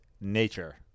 nature